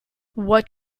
what